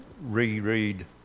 reread